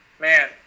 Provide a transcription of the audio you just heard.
man